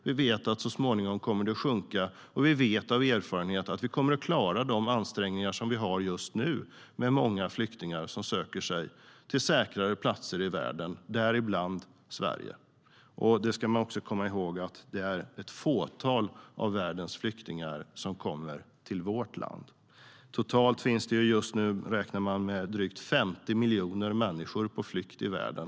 Vi vet att det så småningom kommer att sjunka, och vi vet av erfarenhet att vi kommer att klara de ansträngningar som vi har just nu med många flyktingar som söker sig till säkrare platser i världen, däribland Sverige. Man ska också komma ihåg att det är ett fåtal av världens flyktingar som kommer till vårt land. Man räknar med att det just nu finns totalt runt 50 miljoner på flykt i världen.